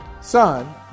son